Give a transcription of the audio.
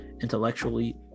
intellectually